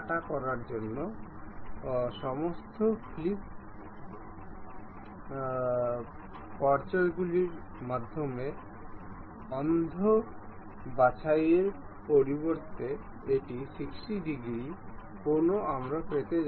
আমরা এর জন্য সামনের প্লেনটি এই পিনের জন্য শীর্ষ প্লেন এবং স্লটের জন্য শীর্ষ প্লেনটি পরীক্ষা করব